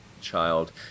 child